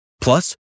Plus